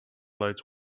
lights